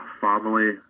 family